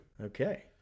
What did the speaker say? Okay